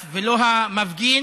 אדוני.